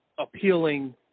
appealing